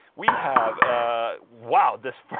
we have ah. wow this.